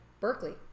Berkeley